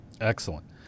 Excellent